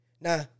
Now